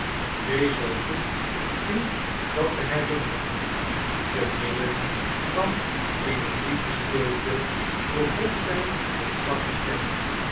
wees zoo goed u dat te herinneren te midden van eene diepe stilte begon zg met zwakke stem